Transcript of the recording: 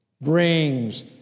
brings